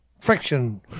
friction